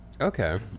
Okay